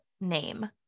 name